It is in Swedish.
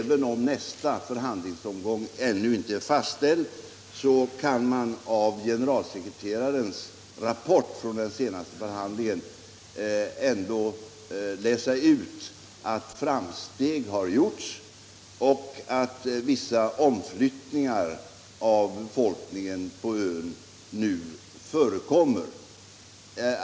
Även om nästa förhandlingsomgång ännu inte är fastställd, kan man av generalsekreterarens rapport från den senaste förhandlingen läsa ut att framsteg har gjorts och att vissa omflyttningar av befolkningen på ön nu förekommer.